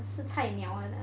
我是菜鸟来的